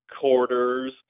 quarters